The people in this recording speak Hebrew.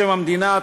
שם המדינה),